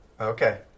Okay